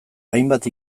hainbat